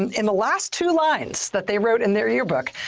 in the last two lines that they wrote in their yearbook,